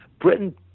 Britain